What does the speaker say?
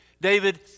David